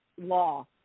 law